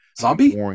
Zombie